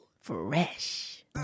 Fresh